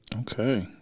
okay